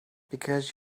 because